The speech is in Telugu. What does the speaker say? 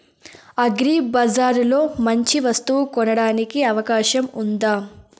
అగ్రిబజార్ లో మంచి వస్తువు కొనడానికి అవకాశం వుందా?